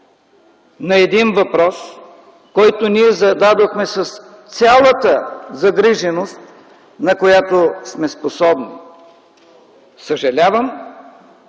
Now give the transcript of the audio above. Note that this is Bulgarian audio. на един въпрос, който ние зададохме с цялата загриженост, на която сме способни. Съжалявам!